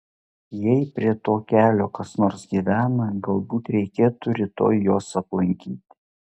jei prie to kelio kas nors gyvena galbūt reikėtų rytoj juos aplankyti